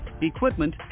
equipment